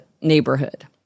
neighborhood